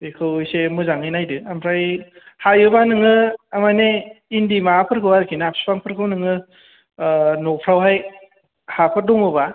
बेखौ एसे मोजाङै नायदो आमफ्राय हायोबा नोङो थारमानि इन्दि माबाफोरखौ आरोखि ना बिफांफोरखौ नोङो न'फ्रावहाय हाफोर दङबा